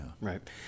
right